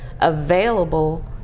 available